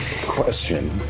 question